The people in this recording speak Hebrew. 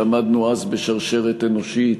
שעמדנו אז בשרשרת אנושית,